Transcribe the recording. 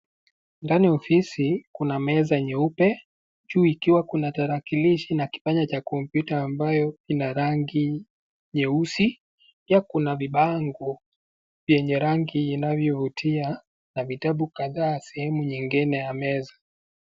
Ndani ya ofisi kuna meza nyeupe, juu ikiwa kuna tarakilishi na kipanya cha kompyuta ambayo ina rangi nyeusi. Pia kuna vibango vyenye rangi inavyovutia na vitabu kadhaa sehemu nyingine ya meza.